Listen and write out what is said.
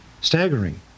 Staggering